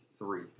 Three